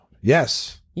yes